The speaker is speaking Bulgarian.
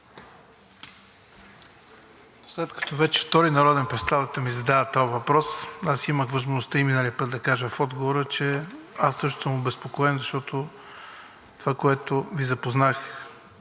След като вече втори народен представител ми задава този въпрос – аз имах възможността и миналия път да кажа в отговора, че аз също съм обезпокоен, защото това, с което Ви запознах